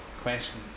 question